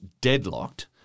deadlocked